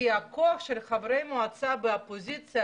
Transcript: הכוח של חברי מועצה באופוזיציה,